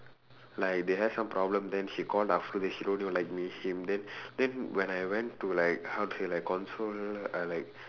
like they have some problem then she call then she told him she like him then then when I went to like how to say like console uh like